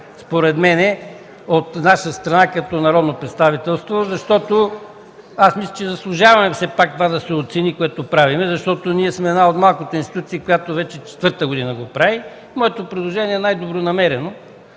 според мен, от наша страна като народно представителство, защото мисля, че заслужаваме все пак това да се оцени, което правим, защото сме една от малките институции, която вече четвърта година го прави. Моето предложение е най-добронамерено.